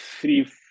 three